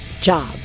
job